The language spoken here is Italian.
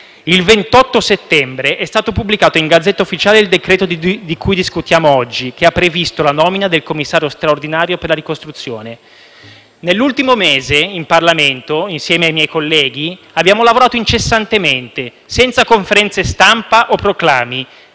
Il 28 settembre è stato pubblicato in Gazzetta Ufficiale il decreto di cui discutiamo oggi, che ha previsto la nomina del commissario straordinario per la ricostruzione. Nell’ultimo mese in Parlamento, insieme ai miei colleghi, abbiamo lavorato incessantemente, senza conferenze stampa o proclami,